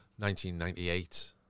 1998